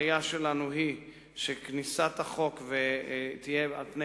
הראייה שלנו היא שכניסת החוק תהיה על פני